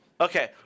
Okay